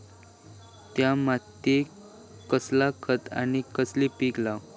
त्या मात्येत कसला खत आणि कसला पीक लाव?